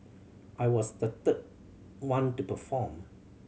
I was the third one to perform